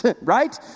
Right